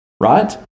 right